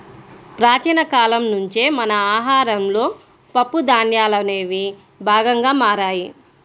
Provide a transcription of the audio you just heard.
ప్రాచీన కాలం నుంచే మన ఆహారంలో పప్పు ధాన్యాలనేవి భాగంగా మారాయి